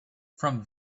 from